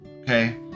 Okay